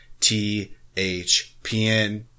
THPN